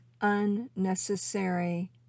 unnecessary